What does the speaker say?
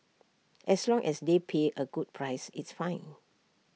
as long as they pay A good price it's fine